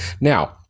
Now